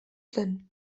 zen